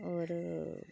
और